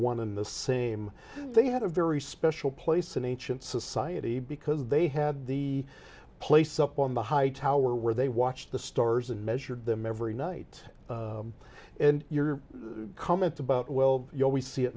one and the same they had a very special place in ancient society because they had the place up on the high tower where they watched the stars and measured them every night and your comment about well you know we see it